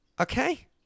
Okay